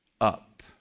up